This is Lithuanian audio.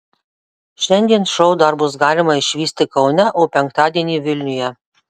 šiandien šou dar bus galima išvysti kaune o penktadienį vilniuje